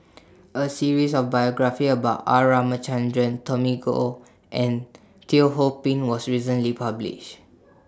A series of biographies about R Ramachandran Tommy Koh and Teo Ho Pin was recently published